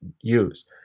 use